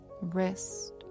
wrist